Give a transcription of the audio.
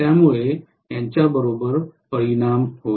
त्यामुळे यांच्याबरोबर परिणाम होईल